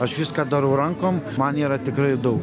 aš viską darau rankom man yra tikrai daug